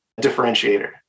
differentiator